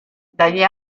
dagli